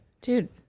Dude